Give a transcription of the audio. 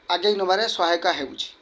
ଆଗେଇ ନବାରେ ସହାୟକ ହେଉଛି